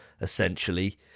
Essentially